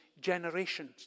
generations